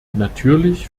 natürlich